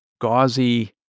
gauzy